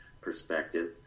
perspective